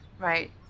Right